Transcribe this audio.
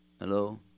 Hello